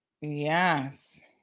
Yes